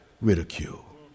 ridicule